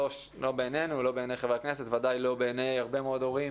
לא בעינינו ולא בעיני חברי הכנסת ודאי לא בעיני הרבה מאוד הורים